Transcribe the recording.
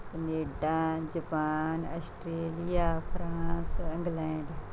Canada Japan Australia France England